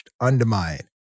undermined